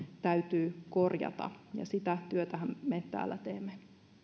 täytyy korjata ja sitä työtähän me täällä teemme